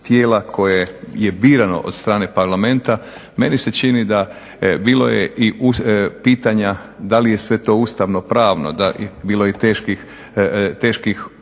tijela koje je birano od strane Parlamenta. Meni se čini da, bilo je i pitanja da li je sve to ustavno pravno, bilo je i teških